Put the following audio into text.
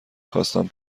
خواستم